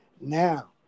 Now